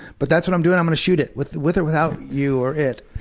but that's what i'm doing. i'm gonna shoot it, with with or without you or it.